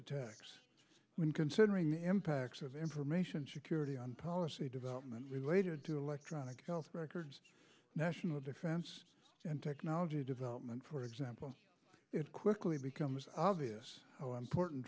attacks when considering the impacts of information security on policy development related to electronic health records national defense and technology development for example it quickly becomes obvious how important